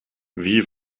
wie